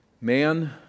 Man